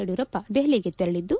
ಯಡಿಯೂರಪ್ಪ ದೆಹಲಿಗೆ ತೆರಳಿದ್ದು